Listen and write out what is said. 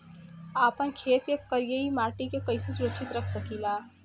आपन खेत के करियाई माटी के कइसे सुरक्षित रख सकी ला?